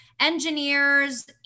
engineers